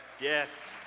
Yes